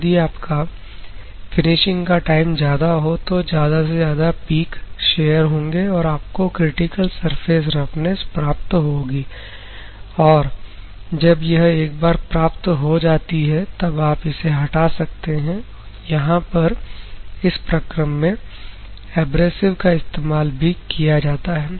यदि आपका फिनिशिंग का टाइम ज्यादा हो तो ज्यादा से ज्यादा पिक शेयर होंगे तो आपको क्रिटिकल सरफेस रफनेस प्राप्त होगी और जब यह एक बार प्राप्त हो जाती है तब आप इसे हटा सकते हैं यहां पर इस प्रकरण में एब्रेसिव का इस्तेमाल भी किया जाता है